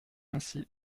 ainsi